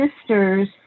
sisters